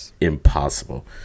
impossible